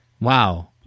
Wow